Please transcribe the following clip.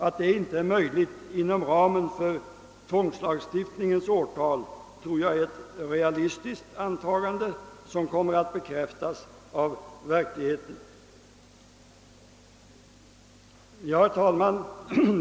Att det inte är möjligt inom ramen för tvångslagstiftningens årtal tror jag är ett realistiskt antagande, som kommer att bekräftas av verkligheten. Herr talman!